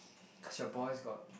cause your boys got